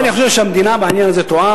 לכן אני חושב שהמדינה בעניין הזה טועה,